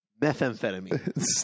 methamphetamine